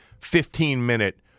15-minute